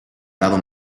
lado